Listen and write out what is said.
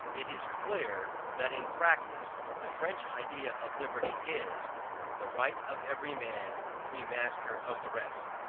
it is clear that in practice the french idea of liberty is the right of every man to be master of the rest.